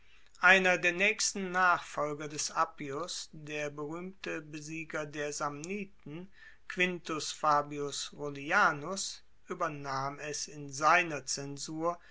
einer der naechsten nachfolger des appius der beruehmte besieger der samniten quintus fabius rullianus uebernahm es in seiner zensur